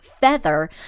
FEATHER